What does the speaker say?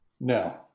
No